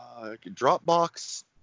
dropbox